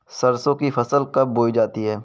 सरसों की फसल कब बोई जाती है?